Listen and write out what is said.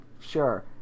Sure